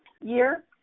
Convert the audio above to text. year